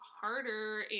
harder